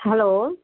hello